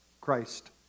Christ